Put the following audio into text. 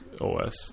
OS